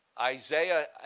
Isaiah